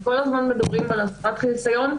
כל הזמן מדברים על הסרת חיסיון,